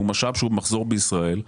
הוא משאב שהוא במחסור בישראל,